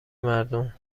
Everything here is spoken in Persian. مردم